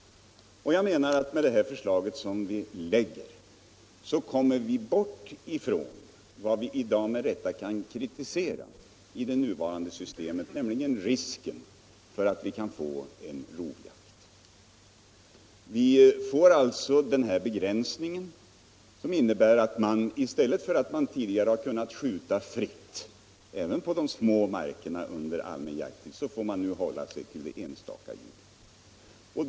Jag menar att med det förslag som vi lägger kommer vi bort från vad vi med rätta kan kritisera i det nuvarande systemet, nämligen risken för att vi skall få en rovjakt. Vi får alltså den här begränsningen som innebär att i stället för att man tidigare har kunnat skjuta fritt även på de små markerna under allmän jakttid får man nu hålla sig till ett vuxet djur och en kalv.